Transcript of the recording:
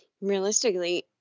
Realistically